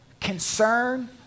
concern